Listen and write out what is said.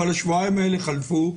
אבל השבועיים האלה חלפו,